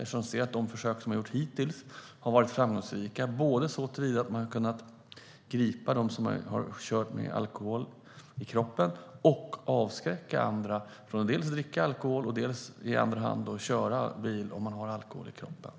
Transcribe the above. Vi ser att de försök som gjorts hittills har varit framgångsrika såtillvida att man har kunnat både gripa dem som har kört med alkohol i kroppen och avskräcka andra från att dels dricka alkohol, dels i andra hand köra bil med alkohol i kroppen.